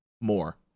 more